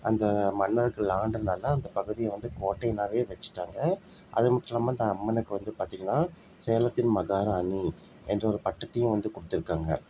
அந்த மன்னர்கள் ஆண்டதுனால அந்த பகுதியை வந்து கோட்டைனாகவே வச்சுட்டாங்க அது மட்டும் இல்லாமல் அந்த அம்மனுக்கு வந்து பார்த்திங்கன்னா சேலத்தின் மகாராணி என்ற ஒரு பட்டத்தையும் வந்து கொடுத்துருக்காங்க